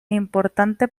importante